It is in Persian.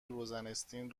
روزناستین